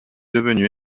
devenu